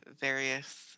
various